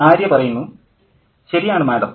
ആര്യ ശരിയാണ് മാഡം